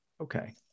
Okay